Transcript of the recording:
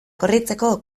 korritzeko